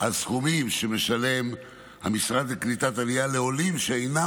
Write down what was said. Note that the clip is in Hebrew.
על סכומים שמשלם המשרד לקליטת עלייה לעולים שאינם